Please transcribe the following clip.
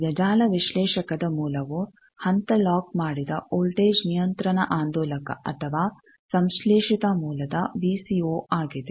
ಈಗ ಜಾಲ ವಿಶ್ಲೇಷಕದ ಮೂಲವು ಹಂತ ಲಾಕ್ ಮಾಡಿದ ವೋಲ್ಟೇಜ್ ನಿಯಂತ್ರಣ ಆಂದೋಲಕ ಅಥವಾ ಸಂಶ್ಲೇಶಿತ ಮೂಲದ ವಿ ಸಿ ಒ ಆಗಿದೆ